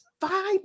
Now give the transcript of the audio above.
five